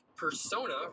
Persona